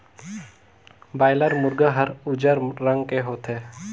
boiler मुरगा हर उजर रंग के होथे